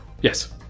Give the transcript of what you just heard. Yes